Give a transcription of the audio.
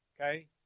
okay